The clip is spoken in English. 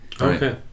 Okay